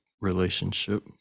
relationship